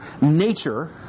nature